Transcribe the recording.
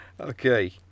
Okay